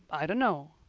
i dunno,